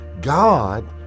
God